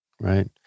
right